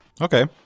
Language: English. Okay